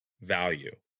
value